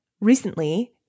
Recently